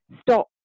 stop